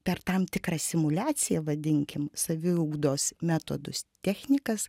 per tam tikrą simuliaciją vadinkim saviugdos metodus technikas